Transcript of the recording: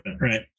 right